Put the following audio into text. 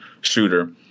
shooter